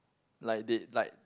like did like